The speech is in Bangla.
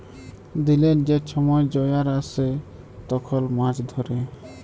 দিলের যে ছময় জয়ার আসে তখল মাছ ধ্যরে